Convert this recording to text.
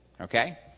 okay